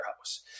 house